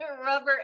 rubber